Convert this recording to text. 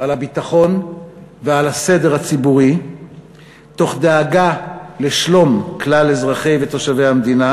על הביטחון ועל הסדר הציבורי תוך דאגה לשלום כלל אזרחי ותושבי המדינה,